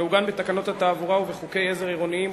המעוגן בתקנות התעבורה ובחוקי עזר עירוניים,